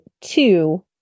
two